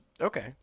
Okay